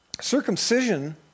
Circumcision